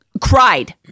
Cried